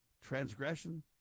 transgression